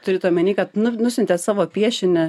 turit omeny kad nu nusiuntėt savo piešinį